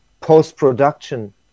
post-production